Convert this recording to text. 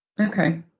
Okay